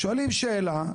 שואלים שאלה,